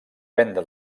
venda